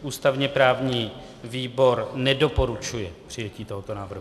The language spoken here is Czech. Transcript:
Ústavněprávní výbor nedoporučuje přijetí tohoto návrhu.